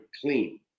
clean